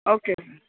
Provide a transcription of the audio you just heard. okay